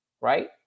right